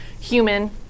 human